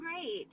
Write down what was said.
great